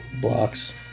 blocks